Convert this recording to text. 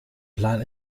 plan